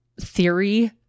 theory